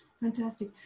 Fantastic